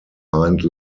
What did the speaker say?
hind